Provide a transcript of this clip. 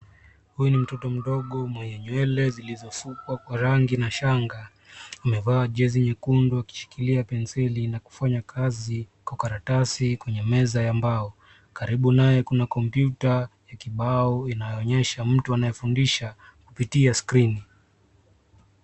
Huyu ni mtoto mdogo mwenye nywele zilizo sukwa kwa rangi na shanga. Amevaa jezi nyekundu akishikilia penseli na kufanya kazi kwa karatasi kwenye meza ya mbao. Karibu naye kuna kompyuta ya kibao inayo onyesha mtu anayefundisha kupitia skrini.